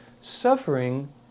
Suffering